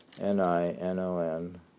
N-I-N-O-N